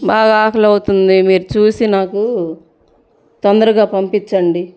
బాగా ఆకలి ఆవుతుంది మీరు చూసి నాకూ తొందరగా పంపించండి